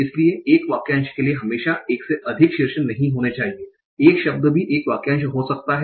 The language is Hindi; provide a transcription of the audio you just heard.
इसलिए एक वाक्यांश के लिए हमेशा एक से अधिक शीर्ष नहीं होने चाहिए एक शब्द भी एक वाक्यांश हो सकता है